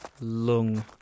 lung